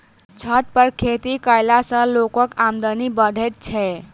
छत पर खेती कयला सॅ लोकक आमदनी बढ़ैत छै